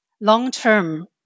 long-term